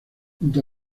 junto